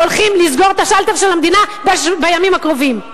הולכים לסגור את השלטר של המדינה בימים הקרובים.